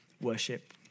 worship